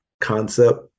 concept